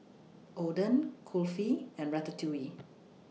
Oden Kulfi and Ratatouille